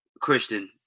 Christian